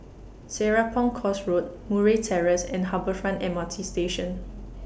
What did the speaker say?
Serapong Course Road Murray Terrace and Harbour Front M R T Station